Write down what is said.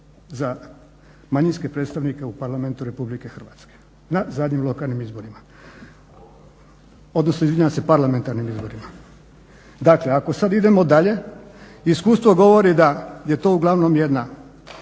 za manjinske predstavnike u Parlamentu RH na zadnjim lokalnim izborima, odnosno na parlamentarnim izborima. Dakle, ako sad idemo dalje iskustvo govori da je to uglavnom jedna